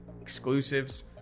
exclusives